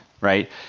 Right